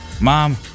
mom